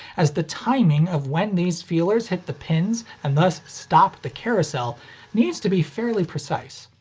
as the timing of when these feelers hit the pins and thus stop the carousel needs to be fairly precise.